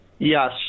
Yes